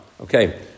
Okay